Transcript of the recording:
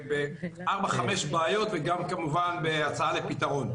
חמש בעיות וגם בהצעה לפתרון.